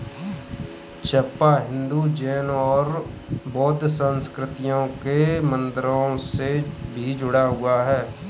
चंपा हिंदू, जैन और बौद्ध संस्कृतियों के मंदिरों से भी जुड़ा हुआ है